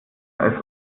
als